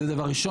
זה דבר ראשון.